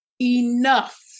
enough